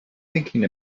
thinking